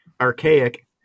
archaic